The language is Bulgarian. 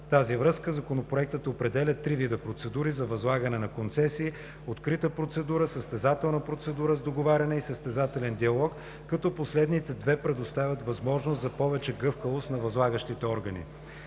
В тази връзка, законопроектът определя три вида процедури за възлагане на концесии – открита процедура, състезателна процедура с договаряне и състезателен диалог, като последните две предоставят възможност за повече гъвкавост на възлагащите органи.